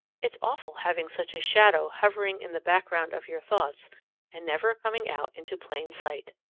it's awful having such a shadow hovering in the background of your thoughts and never coming out into plain sight.